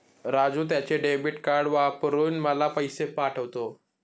राजू त्याचे debit card वापरून मला पैसे पाठवतो